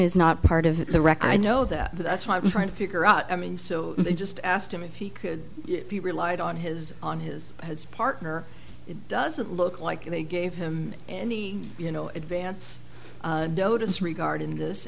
is not part of the record i know that that's why i'm trying to figure out i mean so i just asked him if he could be relied on his on his partner doesn't look like they gave him the you know advance notice regarding this